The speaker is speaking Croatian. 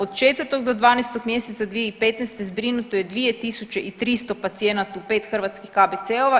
Od 4 do 12 mjeseca 2015. zbrinuto je 2300 pacijenata u 5 hrvatskih KBC-ova.